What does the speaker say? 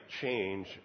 change